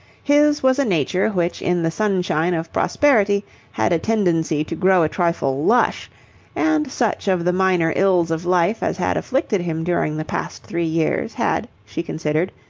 his was a nature which in the sunshine of prosperity had a tendency to grow a trifle lush and such of the minor ills of life as had afflicted him during the past three years, had, she considered,